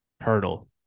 hurdle